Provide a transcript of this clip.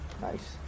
Nice